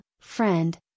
Friend